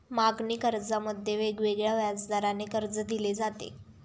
मागणी कर्जामध्ये वेगवेगळ्या व्याजदराने कर्ज दिले जाते